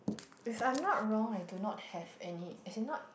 if I'm not wrong I do not have any as in not